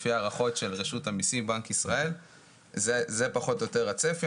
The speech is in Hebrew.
לפי ההערכות של רשות המסים ובנק ישראל זה פחות או יותר הצפי.